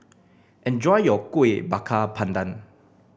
enjoy your Kuih Bakar Pandan